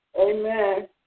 amen